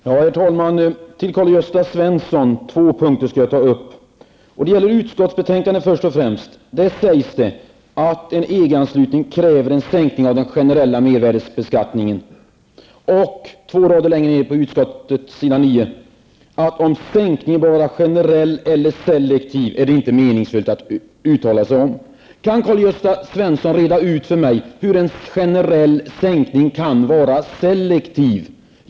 Herr talman! Det är, Karl-Gösta Svenson, två punkter som jag skulle vilja ta upp. Först och främst gäller det vad som sägs i utskottsbetänkandet på s. 9, nämligen att en EG anslutning kräver en sänkning av den generella mervärdeskatten. Två rader längre ner på samma sida står det: ''-- om sänkningarna bör vara generella eller selektiva är det inte meningsfullt att nu uttala sig om.'' Jag ber Karl-Gösta Svenson att reda ut detta och tala om för mig hur en generell sänkning kan vara selektiv.